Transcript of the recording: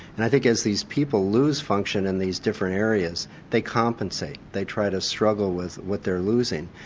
and i think as these people lose function in these different areas they compensate, they try to struggle with what they're losing,